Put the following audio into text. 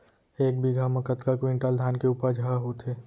एक बीघा म कतका क्विंटल धान के उपज ह होथे?